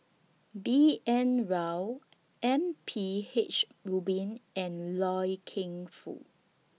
B N Rao M P H Rubin and Loy Keng Foo